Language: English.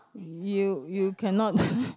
you you cannot